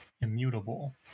immutable